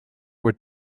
were